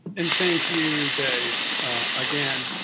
and thank you dave again